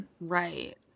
right